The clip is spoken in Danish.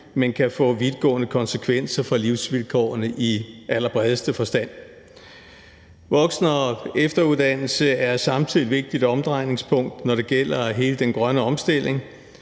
men kan få vidtgående konsekvenser for livsvilkårene i allerbredeste forstand. Voksen- og efteruddannelse er samtidig et vigtigt omdrejningspunkt, når det gælder hele den grønne omstilling.